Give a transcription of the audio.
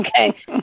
okay